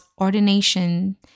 ordination